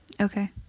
okay